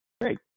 Great